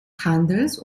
handels